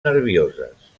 nervioses